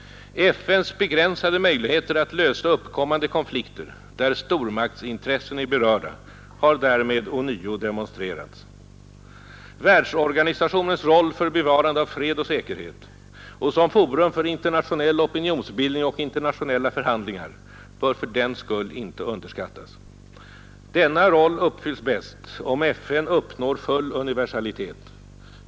FN:s begränsade möjligheter att lösa uppkommande konflikter där stormaktsintressen är berörda har därmed ånyo demonstrerats. Världsorganisationens roll för bevarande av fred och säkerhet och som forum för internationell opinionsbildning och internationella förhandlingar bör fördenskull inte underskattas. Denna roll uppfylls bäst, om FN uppnår full universalitet.